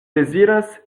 deziras